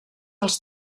els